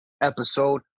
episode